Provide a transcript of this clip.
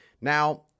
Now